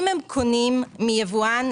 אם הם קונים מיבואן,